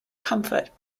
comfort